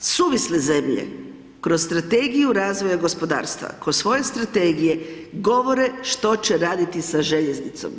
Suvisle zemlje kroz strategiju razvoja gospodarstva kao svoje strategije govore što će raditi sa željeznicom.